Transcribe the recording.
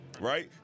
right